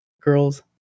girls